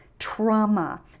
trauma